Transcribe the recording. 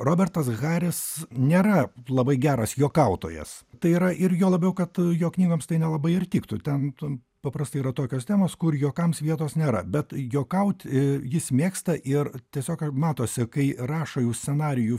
robertas haris nėra labai geras juokautojas tai yra ir juo labiau kad jo knygoms tai nelabai ir tiktų ten ten paprastai yra tokios temos kur juokams vietos nėra bet juokauti jis mėgsta ir tiesiog matosi kai rašo jau scenarijų